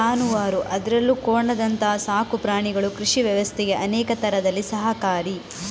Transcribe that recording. ಜಾನುವಾರು ಅದ್ರಲ್ಲೂ ಕೋಣದಂತ ಸಾಕು ಪ್ರಾಣಿಗಳು ಕೃಷಿ ವ್ಯವಸ್ಥೆಗೆ ಅನೇಕ ತರದಲ್ಲಿ ಸಹಕಾರಿ